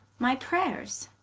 my prayers,